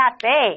cafe